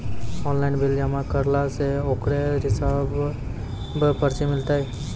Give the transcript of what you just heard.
Online bill जमा करला से ओकरौ रिसीव पर्ची मिलतै?